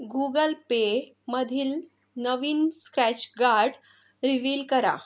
Google पेमधील नवीन scratch card reveal करा